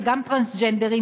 וגם טרנסג'נדרים